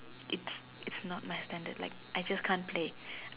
its its not my standard I just can't play